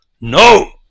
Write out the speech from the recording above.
No